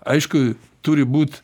aišku turi būt